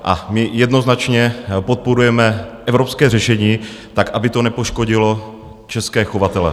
A my jednoznačně podporujeme evropské řešení, tak aby to nepoškodilo české chovatele.